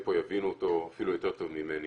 פה יבינו אותו אפילו יותר טוב ממני.